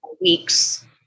weeks